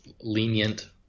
lenient